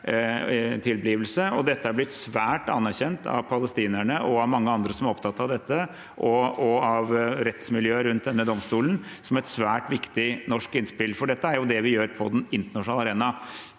Dette er blitt svært anerkjent av palestinerne, av mange andre som er opptatt av dette, og av rettsmiljøet rundt denne domstolen som et svært viktig norsk innspill. Dette er det vi gjør på den internasjonale arenaen.